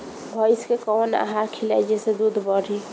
भइस के कवन आहार खिलाई जेसे दूध बढ़ी?